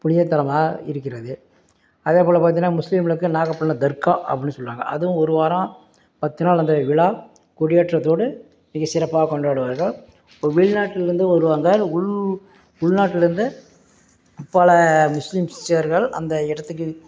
புனித தலமாக இருக்கிறது அதே போல் பார்த்திங்கனா முஸ்லிம்களுக்கு நாகபட்டிணம் தர்க்கா அப்படினு சொல்வாங்க அதுவும் ஒரு வாரம் பத்து நாள் அந்த விழா கொடியேற்றதோடு மிக சிறப்பாக கொண்டாடுவார்கள் வெளிநாட்டில் இருந்து வருவாங்க உள் உள் நாட்டில் இருந்து இப்போ பல முஸ்லிம்ஸ்ஸியர்கள் அந்த இடத்துக்கு